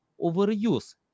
overuse